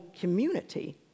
community